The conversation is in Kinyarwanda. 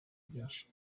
byinshi